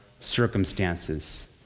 circumstances